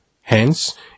hence